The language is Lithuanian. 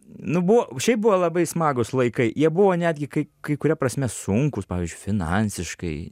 nu buvo šiaip buvo labai smagūs laikai jie buvo netgi kai kai kuria prasme sunkūs pavyzdžiui finansiškai